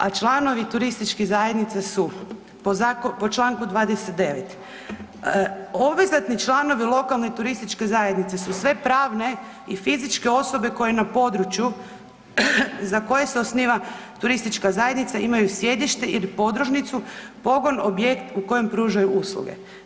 A članovi turističkih zakona su, po zakonu, po čl. 29.: obvezatni članovi lokalne i turističke zajednice su sve pravne i fizičke osobe koje na području za koje se osniva turistička zajednica imaju sjedište ili podružnicu, pogon, objekt u kojem pružaju usluge.